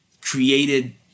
created